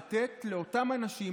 לתת לאותם אנשים,